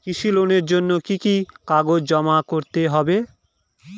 কৃষি লোনের জন্য কি কি কাগজ জমা করতে হবে?